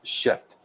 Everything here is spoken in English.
shift